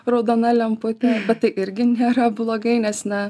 raudona lemputė bet tai irgi nėra blogai nes na